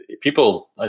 people